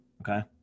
Okay